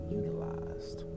utilized